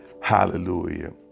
Hallelujah